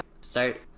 Start